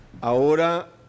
Ahora